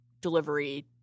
delivery